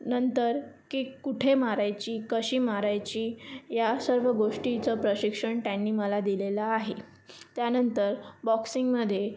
नंतर किक कुठे मारायची कशी मारायची या सर्व गोष्टींचं प्रशिक्षण त्यांनी मला दिलेलं आहे त्यानंतर बॉक्सिंगमध्ये